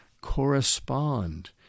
correspond